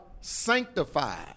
sanctified